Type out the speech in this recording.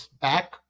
back